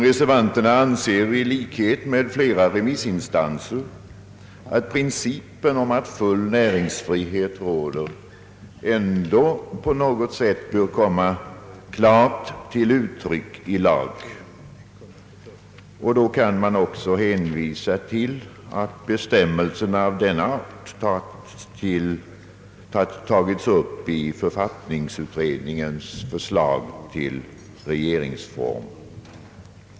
Reservanterna anser emellertid i likhet med flera remissinstanser att principen om att full näringsfrihet råder ändå på något sätt bör komma klart till uttryck i lag. Då kan man också hänvisa till att bestämmelser av denna art har tagits upp i författningsutredningens förslag till regeringsform.